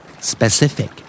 Specific